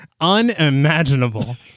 unimaginable